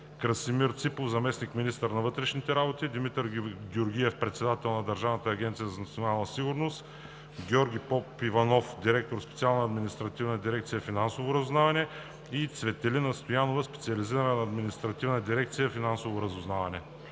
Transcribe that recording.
Красимир Ципов – заместник-министър на вътрешните работи, Димитър Георгиев – председател на Държавната агенция за национална сигурност, Георги Попиванов – директор Специализирана административна дирекция „Финансово разузнаване“, и Цветелина Стоянова – специализирана административна дирекция „Финансово разузнаване“.